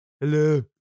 Hello